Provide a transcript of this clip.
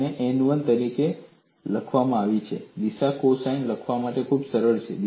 તે n 1 તરીકે આપવામાં આવે છે અને દિશા કોસાઇન લખવા માટે ખૂબ જ સરળ છે